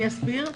אני אסביר.